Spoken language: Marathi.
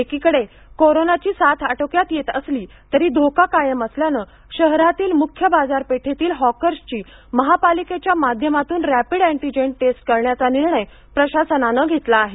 एकीकडे कोरोनाची साथ आटोक्यात येत असली तरी धोका कायम असल्यानं शहरातील मुख्य बाजारपेठेतील हॉकर्सची महापालिकेच्या माध्यमातून रॅपिड अँटिजेन टेस्ट करण्याचा निर्णय प्रशासनानं घेतला आहे